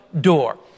door